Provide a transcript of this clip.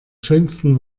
schönsten